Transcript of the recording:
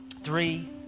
Three